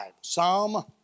Psalm